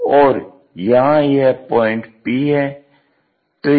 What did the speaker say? और यहां यह पॉइंट P है